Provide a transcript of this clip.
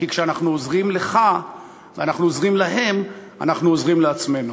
כי כשאנחנו עוזרים לך ואנחנו עוזרים להם אנחנו עוזרים לעצמנו.